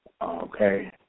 Okay